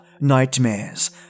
nightmares